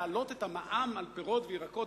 להעלות את המע"מ על פירות וירקות,